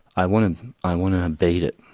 i want and i want to beat it,